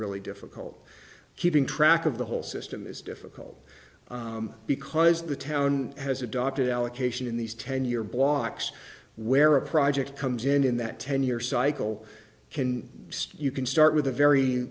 really difficult keeping track of the whole system is difficult because as the town has adopted allocation in these ten year blocks where a project comes in in that ten year cycle can stay you can start with a very